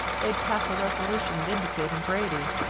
they'd pass a resolution vindicating grady.